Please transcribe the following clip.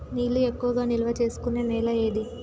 నీళ్లు ఎక్కువగా నిల్వ చేసుకునే నేల ఏది?